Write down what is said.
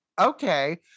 okay